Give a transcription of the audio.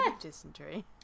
dysentery